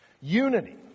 Unity